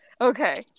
Okay